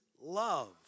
love